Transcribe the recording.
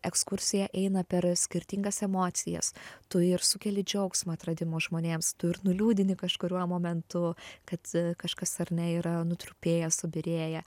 ekskursija eina per skirtingas emocijas tu ir sukeli džiaugsmą atradimo žmonėms tu ir nuliūdini kažkuriuo momentu kad kažkas ar ne yra nutrupėję subyrėję